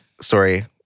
story